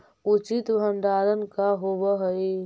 उचित भंडारण का होव हइ?